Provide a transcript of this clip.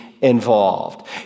involved